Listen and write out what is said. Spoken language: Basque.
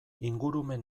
ingurumen